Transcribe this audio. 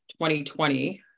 2020